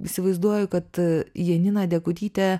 įsivaizduoju kad janina degutytė